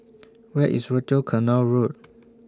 Where IS Rochor Canal Road